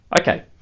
Okay